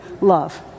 love